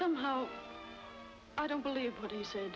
somehow i don't believe